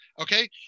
Okay